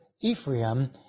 Ephraim